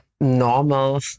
normal